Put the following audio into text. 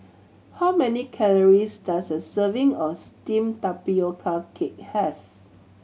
how many calories does a serving of steamed tapioca cake have